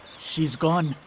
she's gone.